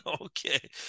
Okay